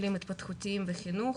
טיפולים התפתחותיים וחינוך,